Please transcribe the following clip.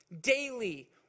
daily